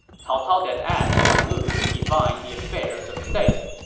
he ah then asked guan lu to divine the affairs of state.